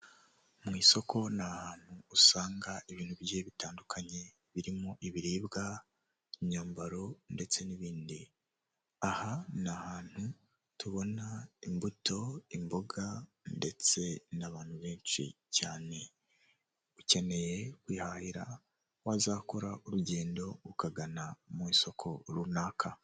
Mu muhanda hari abantu benshi bari guturuka mu mpande zitandukanye. Hari umuhanda w'abanyamaguru hejuru hari na kaburimbo iri kunyuramo moto hagati aho abantu ba bari kunyura cyangwa ku mpande z'uwo muhanda abanyamaguru bari kunyuramo hari inyubako ku ruhande rw'iburyo no kuhande rw'ibumoso hino hari ipoto.